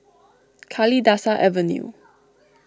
Kalidasa Avenue